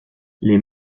les